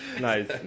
nice